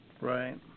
Right